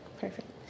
perfect